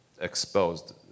exposed